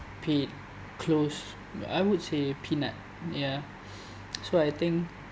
paid close I would say peanut ya so I think